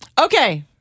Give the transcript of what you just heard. Okay